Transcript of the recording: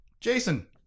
Jason